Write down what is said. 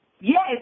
Yes